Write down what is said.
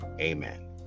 Amen